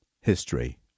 History